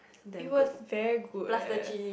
it's was very good leh